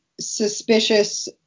suspicious